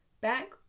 Back